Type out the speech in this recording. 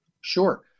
Sure